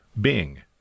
Bing